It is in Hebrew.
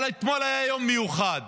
אבל אתמול היה יום מיוחד.